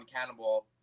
Cannonball